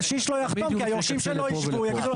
קשיש לא יחתום כי היורשים שלו ישלמו מס.